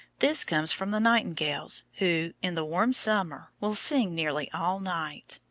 this comes from the nightingales, who, in the warm summer, will sing nearly all night.